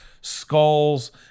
skulls